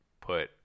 put